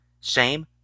Shame